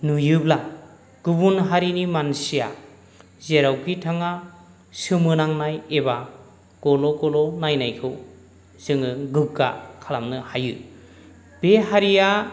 नुयोब्ला गुबुन हारिनि मानसिया जेरावखि थाङा सोमोनांनाय एबा गल' गल' नायनायखौ जोङो गोग्गा खालामनो हायो बे हारिया